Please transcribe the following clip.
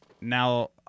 Now